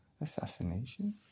assassination